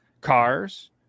Cars